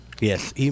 Yes